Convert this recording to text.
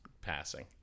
passing